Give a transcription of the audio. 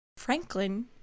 Franklin